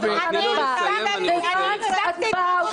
אני מבקשת להצביע.